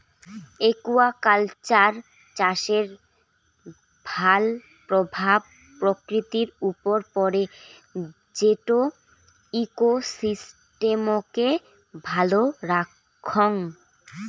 aquaculture চাষের ভাল প্রভাব প্রকৃতির উপর পড়ে যেটো ইকোসিস্টেমকে ভালো রাখঙ